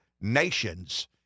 nations